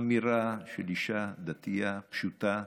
אמירה של אישה דתייה, פשוטה.